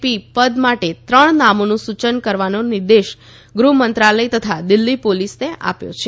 પી પદ માટે ત્રણ નામોનું સૂચન કરવાનો નિર્દેશ ગકૃહકમંત્રાલય તથા દિલ્હી પોલીસને આપ્યો છે